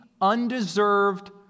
undeserved